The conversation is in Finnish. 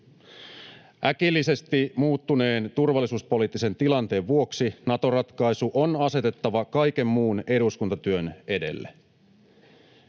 Äkillisesti muuttuneen turvallisuuspoliittisen tilanteen vuoksi Nato-ratkaisu on asetettava kaiken muun eduskuntatyön edelle.